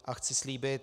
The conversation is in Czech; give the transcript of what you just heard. A chci slíbit